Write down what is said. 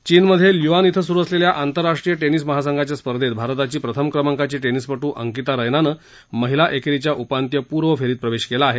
चीनमधे ल्युआन इथं सुरु असलेल्या आतंरराष्ट्रीय टेनिस महासंघाच्या स्पर्धेत भारताची प्रथम क्रमांकाची टेनिसपटू अंकिता रैनानं महिला एकेरीच्या उपांत्यपूर्व फेरीत प्रवेश केला आहे